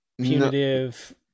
punitive